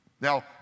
Now